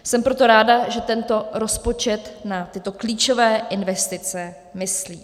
Jsem proto ráda, že tento rozpočet na tyto klíčové investice myslí.